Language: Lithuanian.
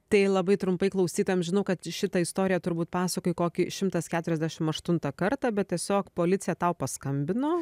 tai labai trumpai klausytojams žinau kad šitą istoriją turbūt pasakojai kokį šimtas keturiasdešim aštuntą kartą bet tiesiog policija tau paskambino